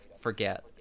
forget